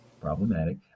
problematic